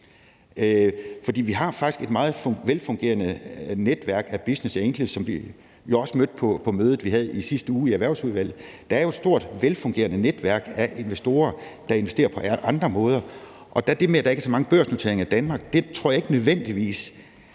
et meget velfungerende netværk af business angels, som vi også mødte på mødet, vi havde i sidste uge i Erhvervsudvalget. Der er et stort, velfungerende netværk af investorer, der investerer på andre måder. Og det med, at der ikke er så mange børsnoteringer i Danmark, tror jeg ikke nødvendigvis